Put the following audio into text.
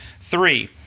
Three